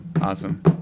Awesome